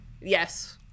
Yes